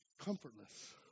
Comfortless